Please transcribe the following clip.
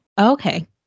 Okay